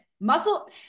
Muscle